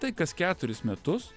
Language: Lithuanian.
tai kas keturis metus